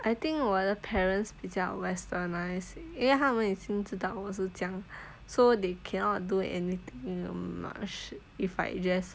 I think 我的 parents 比较 westernised 因为他们已经知道我是怎样 so they cannot do anything much if I just